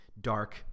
dark